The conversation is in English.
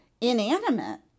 inanimate